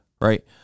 Right